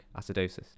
acidosis